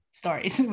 stories